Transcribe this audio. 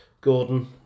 Gordon